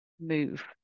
move